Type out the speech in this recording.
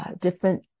Different